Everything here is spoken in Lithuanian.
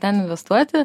ten investuoti